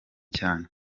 cyane